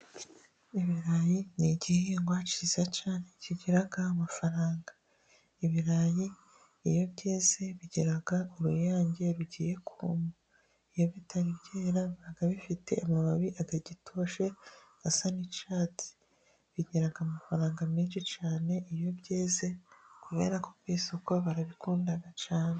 Ibirayi ni igihingwa kiza cyane, kigira amafaranga. Ibirayi iyo byeze bigira uruyange rugiye kuma, iyo bitari byera biba bifite amababi atagitoshye, asa n'icyatsi, bigira amafaranga menshi cyane iyo byeze, kubera ko ku isoko barabikunda cyane.